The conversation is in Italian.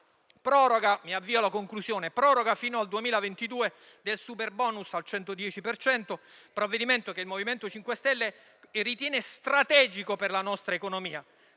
Proroga fino al 2022 del superbonus al 110 per cento: provvedimento che il MoVimento 5 Stelle ritiene strategico per la nostra economia,